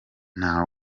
nta